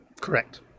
Correct